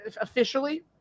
officially